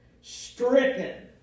Stricken